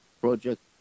project